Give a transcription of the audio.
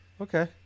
Okay